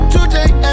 Today